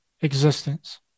existence